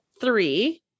three